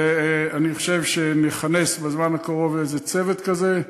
ואני חושב שנכנס בזמן הקרוב איזה צוות כזה,